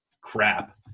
crap